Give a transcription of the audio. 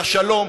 של השלום.